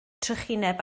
trychineb